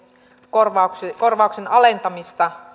korvauksen korvauksen alentamista